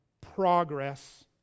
progress